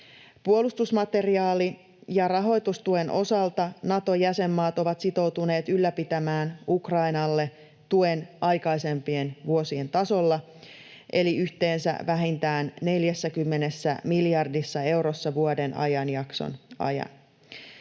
Puolustusmateriaali- ja rahoitustuen osalta Nato-jäsenmaat ovat sitoutuneet ylläpitämään tuen Ukrainalle aikaisempien vuosien tasolla eli yhteensä vähintään 40 miljardissa eurossa vuoden ajanjakson ajan.